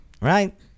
right